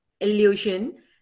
illusion